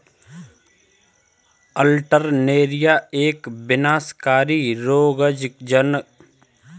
Alternaria एक विनाशकारी रोगज़नक़ है, यह पत्तियों पर आक्रमण करती है